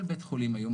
כל בית חולים היום,